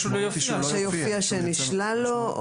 יופיע שנשלל לו?